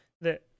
that-